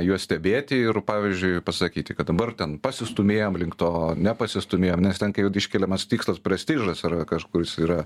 juos stebėti ir pavyzdžiui pasakyti kad dabar ten pasistūmėjom link to nepasistūmėjom nes ten iškeliamas tikslas prestižas ar kažkuris yra